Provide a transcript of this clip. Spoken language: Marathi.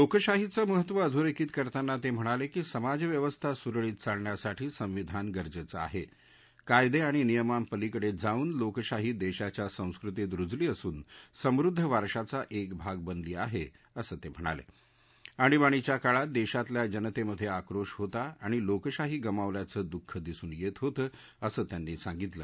लोकशाहीचं महत्त्व अधोरखित करताना त हिणालक्री समाजव्यवस्था सुरळीत चालण्यासाठी सविधान गरजप्तआह कायद आणि नियमांपलीकड आऊन लोकशाही दक्षीच्या संस्कृतीत रुजली असून समृद्ध वारशाचा एक भाग बनली आहाअसं त हिणाल आणीबाणीच्या काळात दर्शीतल्या जनतराष्ट्रा क्रिक्रोश होता आणि लोकशाही गमावल्याचं दुःख दिसून यत्तहोतं असं त्यांनी सांगितलं